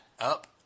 up